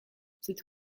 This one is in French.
cette